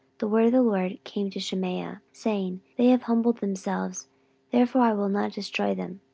the word of the lord came to shemaiah, saying, they have humbled themselves therefore i will not destroy them,